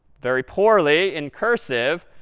very poorly in cursive,